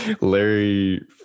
Larry